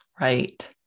Right